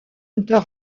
hunter